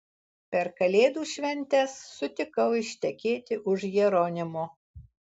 per kalėdų šventes sutikau ištekėti už jeronimo